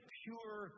pure